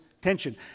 tension